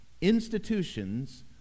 Institutions